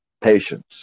patience